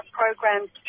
programs